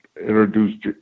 introduced